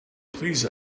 please